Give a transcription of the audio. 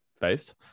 Based